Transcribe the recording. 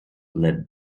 led